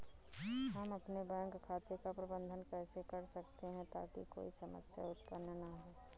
हम अपने बैंक खाते का प्रबंधन कैसे कर सकते हैं ताकि कोई समस्या उत्पन्न न हो?